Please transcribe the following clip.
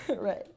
Right